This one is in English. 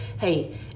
hey